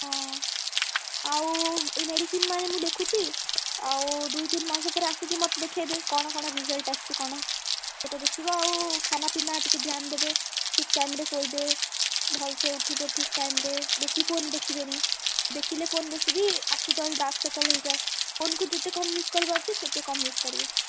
ହଁ ଆଉ ଏଇ ମେଡ଼ିସିନ୍ ମାନେ ମୁଁ ଲେଖୁଛି ଆଉ ଦୁଇ ତିନ ମାସ ପରେ ଆସିକି ମୋତେ ଦେଖାଇବେ କ'ଣ କ'ଣ ରେଜଲ୍ଟ ଆସିଛି କ'ଣ ସେଇଟା ଦେଖିବା ଆଉ ଖାନା ପିନା ଟିକେ ଧ୍ୟାନ ଦେବେ ଠିକ୍ ଟାଇମ୍ରେ ଶୋଇବେ ଭଲସେ ଉଠିବେ ଠିକ୍ ଟାଇମ୍ରେ ବେଶୀ ଫୋନ୍ ଦେଖିବେନି ଦେଖିଲେ ଫୋନ୍ ବେଶୀ ବି ଆଖି ତଳେ ଡାର୍କ୍ ସର୍କଲ୍ ହେଇଯାଏ ଫୋନ୍କୁ ଯେତେ ୟୁଜ୍ କରିବା ଉଚିତ ସେତେ କମ୍ ୟୁଜ୍ କରିବେ